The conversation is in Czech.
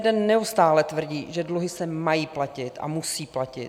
SPD neustále tvrdí, že dluhy se mají platit a musí platit.